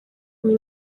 muri